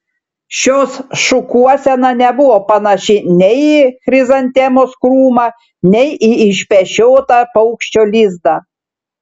šios šukuosena nebuvo panaši nei į chrizantemos krūmą nei į išpešiotą paukščio lizdą